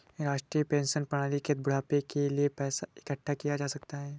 राष्ट्रीय पेंशन प्रणाली के तहत बुढ़ापे के लिए पैसा इकठ्ठा किया जा सकता है